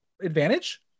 advantage